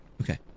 Okay